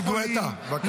חבר הכנסת ששי גואטה, בבקשה.